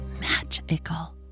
magical